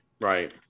Right